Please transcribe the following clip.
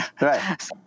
Right